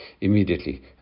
immediately